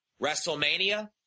WrestleMania